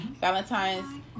Valentine's